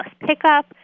pickup